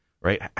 right